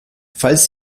falls